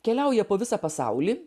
keliauja po visą pasaulį